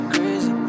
Crazy